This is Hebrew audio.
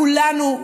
כולנו,